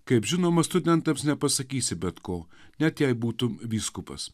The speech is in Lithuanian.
kaip žinoma studentams nepasakysi bet ko net jei būtum vyskupas